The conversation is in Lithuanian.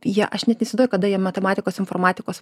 jie aš net neįsivaizduoju kada jie matematikos informatikos